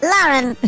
Lauren